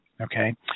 okay